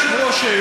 אדוני היושב-ראש,